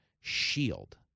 shield